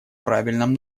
правильном